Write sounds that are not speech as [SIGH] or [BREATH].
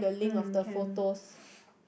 um can [BREATH]